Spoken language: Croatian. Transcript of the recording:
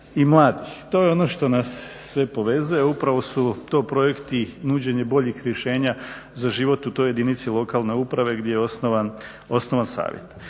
i mladih. To je ono što nas sve povezuje, a upravo su to projekti nuđenje boljih rješenja za život u toj jedinici lokalne uprave gdje je osnovan savjet.